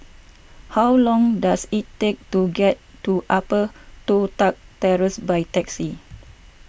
how long does it take to get to Upper Toh Tuck Terrace by taxi